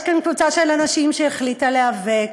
אבל יש כאן קבוצה של אנשים שהחליטה להיאבק,